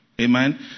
Amen